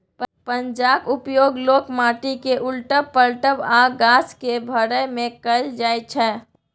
पंजाक उपयोग लोक माटि केँ उलटब, पलटब आ गाछ केँ भरय मे कयल जाइ छै